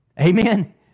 Amen